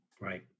Right